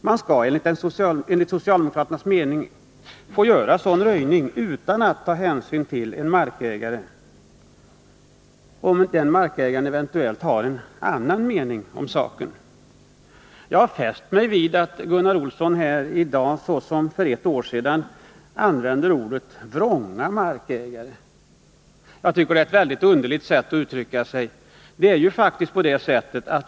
Man skall enligt socialdemokraternas mening få göra sådan röjning utan att ta hänsyn till markägaren, om han har en annan mening om saken. Jag har fäst mig vid att Gunnar Olsson i dag liksom för ett år sedan använde uttrycket vrånga markägare. Jag tycker det är ett underligt sätt att uttrycka sig.